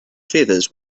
feathers